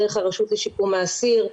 דרך הרשות לשיקום האסיר,